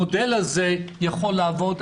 המודל הזה יכול לעבוד,